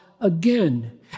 again